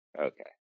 Okay